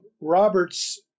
Roberts